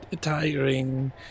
Tiring